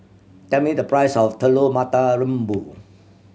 tell me the price of Telur Mata Lembu